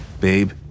Babe